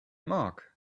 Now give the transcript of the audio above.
marc